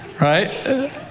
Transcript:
Right